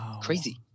crazy